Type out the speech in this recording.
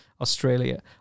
Australia